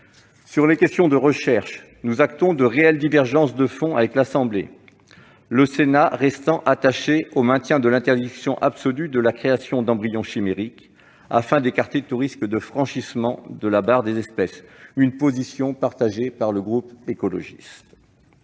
Sur les questions de recherche, nous actons de réelles divergences de fond avec l'Assemblée nationale, le Sénat restant attaché au maintien de l'interdiction absolue de la création d'embryons chimériques afin d'écarter tout risque de franchissement de la barrière des espèces. Cette position est partagée par le groupe Écologiste